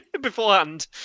beforehand